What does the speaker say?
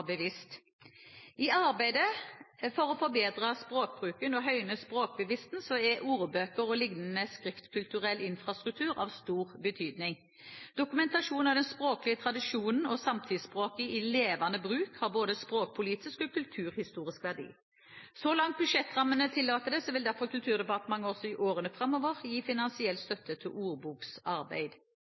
bevisst. I arbeidet for å forbedre språkbruken og høyne språkbevisstheten er ordbøker og lignende skriftkulturell infrastruktur av stor betydning. Dokumentasjon av den språklige tradisjonen og samtidsspråket i levende bruk har både språkpolitisk og kulturhistorisk verdi. Så langt budsjettrammene tillater det, vil derfor Kulturdepartementet også i årene framover gi finansiell støtte til ordboksarbeid.